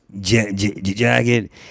jacket